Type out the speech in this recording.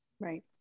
right